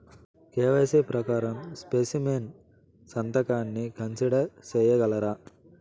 KYC ప్రకారం specimen సంతకాన్ని consider సేయగలరా?